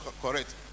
correct